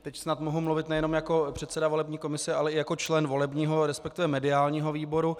Teď snad mohu mluvit nejenom jako předseda volební komise, ale i jako člen volebního, resp. mediálního výboru.